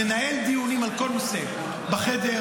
ננהל דיונים על כל נושא בחדר,